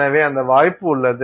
எனவே அந்த வாய்ப்பு உள்ளது